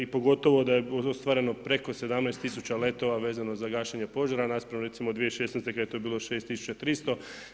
I pogotovo da je ostvareno preko 17 000 letova vezano za gašenje požara naspram recimo 2016. kad je to bilo 6300.